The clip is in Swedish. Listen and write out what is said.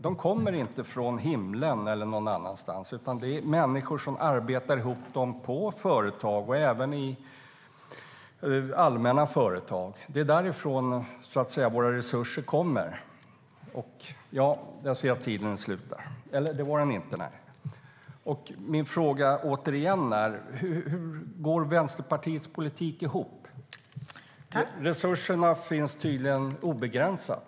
De kommer inte från himlen eller någon annanstans ifrån, utan det är människor som arbetar ihop dem på privata och offentliga företag. Det är därifrån våra resurser kommer. Min fråga är återigen: Hur går Vänsterpartiets politik ihop? Resurserna är tydligen obegränsade.